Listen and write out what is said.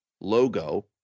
logo